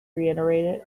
reiterated